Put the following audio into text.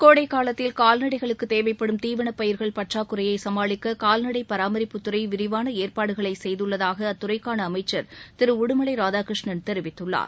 கோடைக்காலத்தில் கால்நடைகளுக்குத் தேவைப்படும் தீவன பயிர்கள் பற்றாக்குறையை சமாளிக்க கால்நடை பராமரிப்புத்துறை விரிவான ஏற்பாடுகளை செய்துள்ளதாக அத்துறைக்கான அமைச்சர் திரு உடுமலை ராதாகிருஷ்ணன் தெரிவித்துள்ளார்